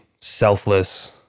selfless